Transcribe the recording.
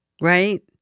right